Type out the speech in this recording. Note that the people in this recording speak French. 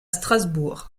strasbourg